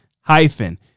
hyphen